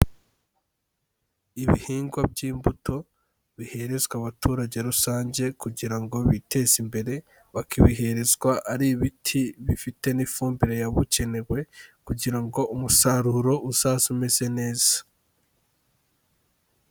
Ibihingwa by'imbuto biherezwa abaturage rusange kugira ngo biteze imbere, bakabiherezwa ari ibiti bifite n'ifumbire yabugenewe kugira ngo umusaruro uzaze umeze neza.